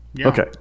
Okay